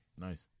Nice